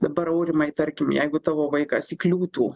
dabar aurimai tarkim jeigu tavo vaikas įkliūtų